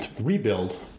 rebuild